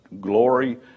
glory